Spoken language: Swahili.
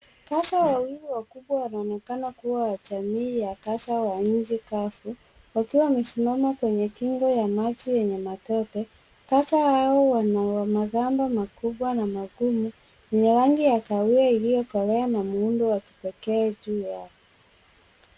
Kasa wawili wakubwa wanaonekana kuwa ya jamii ya kasa wa nchi kavu wakiwa wamesimama kwenye kingo ya maji yenye matope. Kasa hao wana wa magamba makubwa na magumu yenye rangi ya kahawia iliyokolea na muundo wa kipekee juu yao.